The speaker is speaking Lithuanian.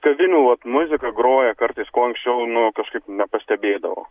kavinių vat muzika groja kartais ko anksčiau nu kažkaip nepastebėdavau